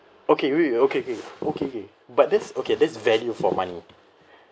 okay wait wait okay K okay K but that's okay that's value for money